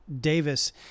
Davis